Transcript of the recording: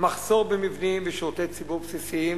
מחסור במבנים ובשירותי ציבור בסיסיים,